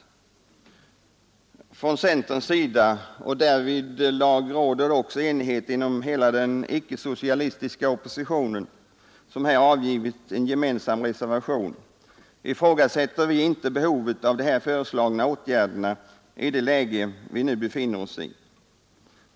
Ifrån centerns sida — därvidlag råder också enighet inom hela den icke socialistiska oppositionen, som här avgivit en gemensam reservation — ifrågasätter vi inte behovet av de här föreslagna åtgärderna i det läge vi nu befinner oss i.